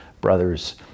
brothers